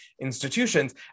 institutions